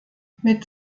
mit